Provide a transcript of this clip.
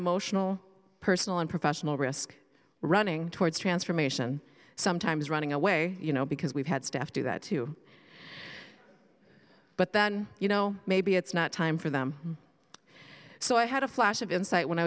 emotional personal and professional risk running towards transformation sometimes running away you know because we've had staff do that too but that you know maybe it's not time for them so i had a flash of insight when i